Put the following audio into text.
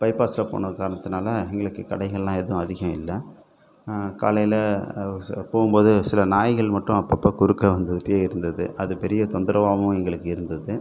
பைபாஸில் போன காரணத்துனால் எங்களுக்கு கடைகள்லாம் எதுவும் அதிகம் இல்லை காலையில் அவசர போகுமோது சில நாய்கள் மட்டும் அப்பப்போ குறுக்க வந்துகிட்டேருந்தது அது பெரிய தொந்தரவாகவும் எங்களுக்கு இருந்தது